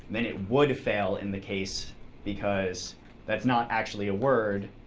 then it would fail in the case because that's not actually a word,